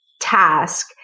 task